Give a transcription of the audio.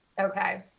Okay